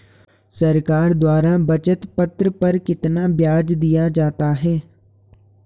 सरकार द्वारा बचत पत्र पर कितना ब्याज दिया जाता है?